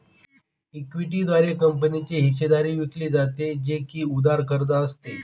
equity द्वारे कंपनीची हिस्सेदारी विकली जाते, जे की उधार कर्ज असते